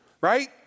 right